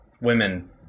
women